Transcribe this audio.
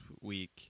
week